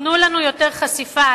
תנו לנו יותר חשיפה,